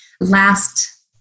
last